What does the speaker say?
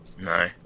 No